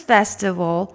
Festival